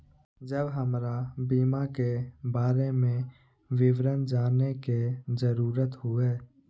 जब हमरा बीमा के बारे में विवरण जाने के जरूरत हुए?